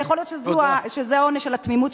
אבל יכול להיות שזה העונש של התמימות